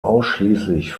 ausschließlich